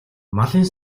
малын